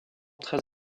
très